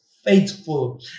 faithful